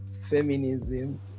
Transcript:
feminism